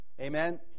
Amen